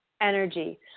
energy